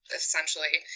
essentially